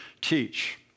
teach